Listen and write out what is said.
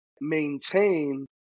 maintain